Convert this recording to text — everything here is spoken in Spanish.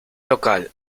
local